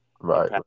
Right